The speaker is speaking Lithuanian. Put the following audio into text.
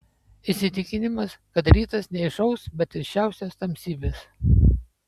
įsitikinimas kad rytas neišauš be tirščiausios tamsybės